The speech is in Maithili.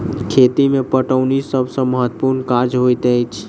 खेती मे पटौनी सभ सॅ महत्त्वपूर्ण काज होइत छै